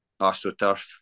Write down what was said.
astroturf